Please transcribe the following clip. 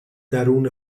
درون